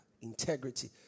integrity